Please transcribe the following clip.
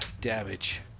damage